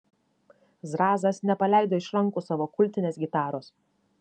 zrazas nepaleido iš rankų savo kultinės gitaros